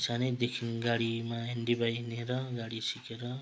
सानैदेखि गाडीमा हिन्डीभाइ हिँडेर गाडी सिकेर